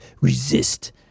resist